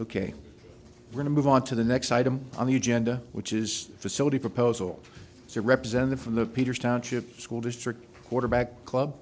ok we're going to move on to the next item on the agenda which is facility proposal so representative from the peters township school district quarterback club